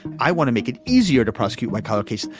i want to make it easier to prosecute white collar case.